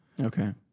Okay